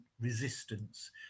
resistance